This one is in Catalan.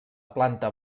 planta